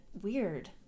weird